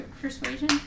persuasion